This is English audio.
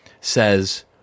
says